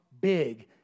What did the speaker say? big